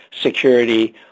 security